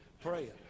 praying